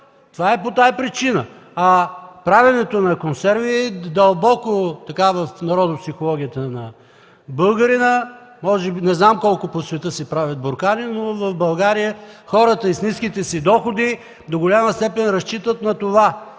случва, по тази причина е. Правенето на консерви е дълбоко в народопсихологията на българина. Не знам колко по света си правят буркани, но в България хората с ниските си доходи до голяма степен разчитат и живеят